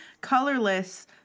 colorless